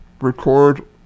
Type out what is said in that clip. Record